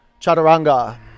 chaturanga